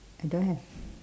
I don't have